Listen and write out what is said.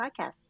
podcast